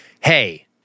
Hey